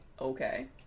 Okay